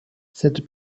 cette